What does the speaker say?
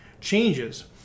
changes